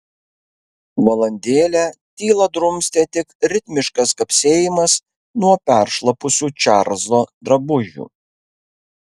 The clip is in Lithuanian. valandėlę tylą drumstė tik ritmiškas kapsėjimas nuo peršlapusių čarlzo drabužių